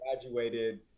graduated